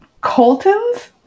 Colton's